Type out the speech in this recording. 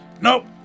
Nope